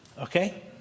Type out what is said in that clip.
okay